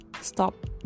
stop